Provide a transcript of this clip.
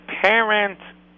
parent